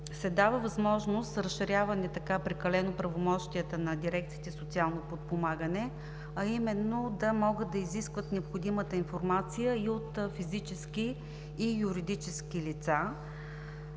се дава възможност прекалено разширяване правомощията на дирекциите „Социално подпомагане“, а именно да могат да изискват необходимата информация и от физически, и юридически лица.